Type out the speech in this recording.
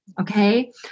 Okay